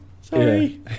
Sorry